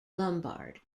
lombard